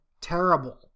terrible